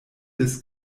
des